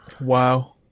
Wow